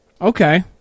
Okay